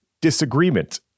disagreement